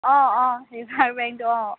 অঁ অঁ ৰিভাৰ বেংকটো অঁ